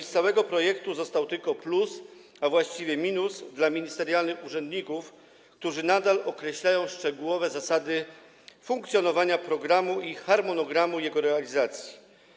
Z całego projektu został tylko plus, a właściwie minus dla ministerialnych urzędników, którzy nadal określają szczegółowe zasady funkcjonowania programu i harmonogram jego realizacji.